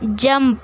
jump